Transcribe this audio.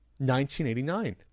1989